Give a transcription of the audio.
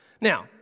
Now